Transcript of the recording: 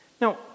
Now